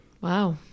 Wow